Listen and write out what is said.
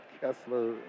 Kessler